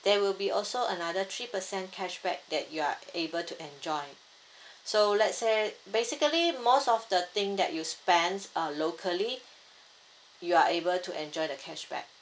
there will be also another three percent cashback that you are able to enjoy so let's say basically most of the thing that you spend uh locally you are able to enjoy the cashback